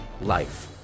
life